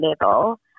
level